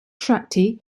shakti